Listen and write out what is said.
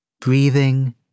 Breathing